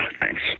thanks